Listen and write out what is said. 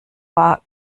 war